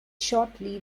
shortly